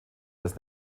das